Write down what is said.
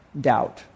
Doubt